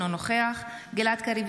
אינו נוכח גלעד קריב,